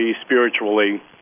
spiritually